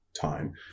time